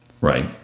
Right